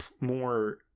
more